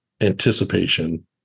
anticipation